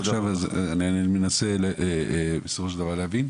אני מנסה בסופו של דבר להבין.